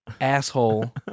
asshole